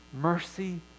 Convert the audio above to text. mercy